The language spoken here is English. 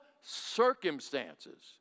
circumstances